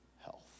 health